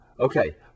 Okay